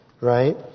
right